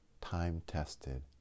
time-tested